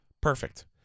Perfect